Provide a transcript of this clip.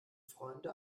freunde